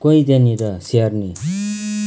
कोही त्यहाँनिर स्याहार्ने